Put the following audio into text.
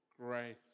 grace